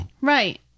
Right